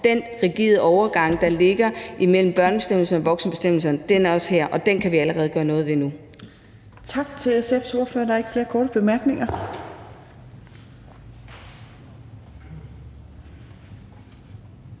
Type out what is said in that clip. Den rigide overgang, der ligger imellem børnebestemmelserne og voksenbestemmelserne, er der også her, og den kan vi allerede gøre noget ved nu. Kl. 17:39 Fjerde næstformand (Trine Torp): Tak til SF's ordfører. Der er ikke flere korte bemærkninger.